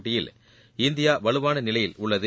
போட்டியில் இந்தியா வலுவான நிலையில் உள்ளது